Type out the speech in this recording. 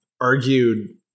argued